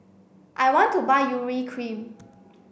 I want to buy Urea cream